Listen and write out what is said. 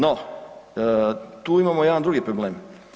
No, tu imamo jedan drugi problem.